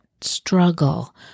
struggle